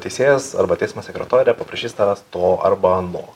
teisėjas arba teismo sekretorė paprašys tavęs to arba ano